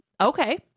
Okay